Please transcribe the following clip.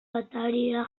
atarira